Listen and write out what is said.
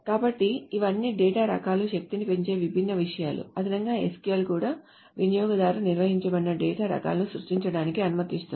కాబట్టి ఇవన్నీ డేటా రకాల శక్తిని పెంచే విభిన్న విషయాలు అదనంగా SQL కూడా వినియోగదారు నిర్వచించిన డేటా రకాలను సృష్టించడానికి అనుమతిస్తుంది